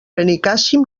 benicàssim